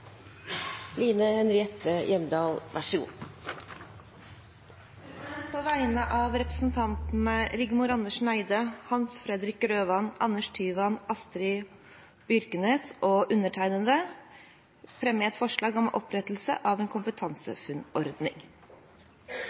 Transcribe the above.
På vegne av representantene Rigmor Andersen Eide, Hans Fredrik Grøvan, Anders Tyvand, Astrid Aarhus Byrknes og undertegnede fremmer jeg et forslag om opprettelse av en